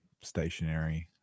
stationary